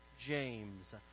James